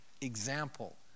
example